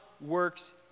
works